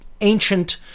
ancient